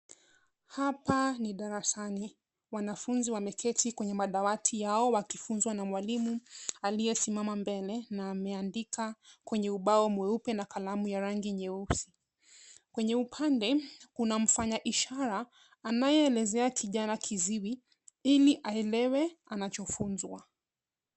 Hapa ni darasani. Wanafunzi wameketi kwenye madawati yao wakifunzwa na mwalimu aliyesimama mbele na ameandika kwenye ubao mweupe na kalamu ya rangi nyeusi. Kwenye upande, kuna mfanya ishara anayeelezea kijana kiziwi ili aelewe anachofunzwa.